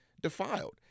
defiled